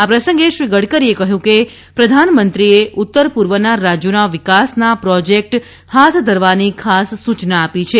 આ પ્રસંગે શ્રી ગડકરીએ કહ્યું કે પ્રધાનમંત્રીએ ઉત્તરપૂર્વનાં રાજયોના વિકાસના પ્રોજેક્ટ હાથ ધરવાની ખાસ સૂચના આપી છે